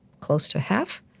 close to half,